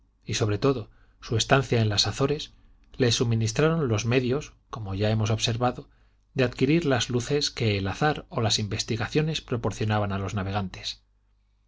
y sobre todo su estancia en las azores le suministraron los medios como ya hemos observado de adquirir las luces que el azar o las investigaciones proporcionaban a los navegantes